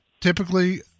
Typically